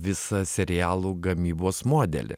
visą serialų gamybos modelį